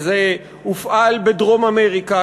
וזה הופעל בדרום-אמריקה,